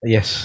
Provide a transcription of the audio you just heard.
Yes